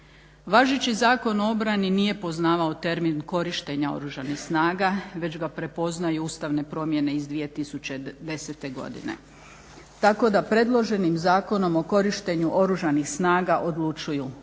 Važeći Zakon o obrani nije poznavao termin korištenja oružanih snaga, već ga prepoznaju ustavne promjene iz 2010. godine. Tako da predloženim Zakonom o korištenju oružanih snaga odlučuju